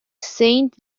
saint